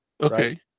Okay